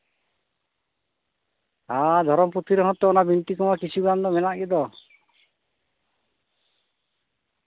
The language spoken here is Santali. ᱟᱨ ᱫᱷᱚᱨᱚᱢ ᱯᱩᱛᱷᱤ ᱨᱮᱦᱚᱸ ᱛᱚ ᱚᱱᱟ ᱵᱤᱱᱛᱤ ᱠᱚᱢᱟ ᱠᱤᱪᱷᱩ ᱜᱟᱱ ᱫᱚ ᱢᱮᱱᱟᱜ ᱜᱮᱫᱚ